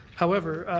however,